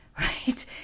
right